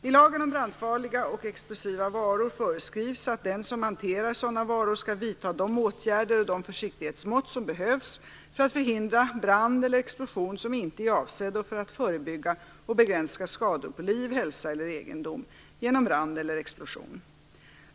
I lagen om brandfarliga och explosiva varor föreskrivs att den som hanterar sådana varor skall vidta de åtgärder och de försiktighetsmått som behövs för att förhindra brand eller explosion som inte är avsedd och för att förebygga och begränsa skador på liv, hälsa eller egendom genom brand eller explosion.